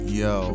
yo